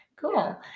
cool